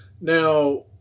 Now